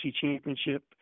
championship